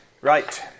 right